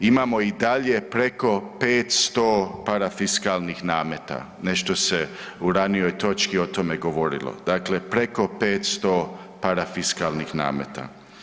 Imamo i dalje preko 500 parafiskalnih nameta, nešto se u ranijoj točki o tome govorilo, dakle preko 500 parafiskalnih nameta.